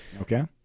Okay